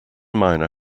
miner